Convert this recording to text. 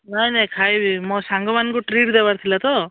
ନାହିଁ ନାହିଁ ଖାଇବି ମୋ ସାଙ୍ଗମାନଙ୍କୁ ଟ୍ରିପ୍ ଦେବାର ଥିଲା ତ